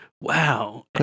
Wow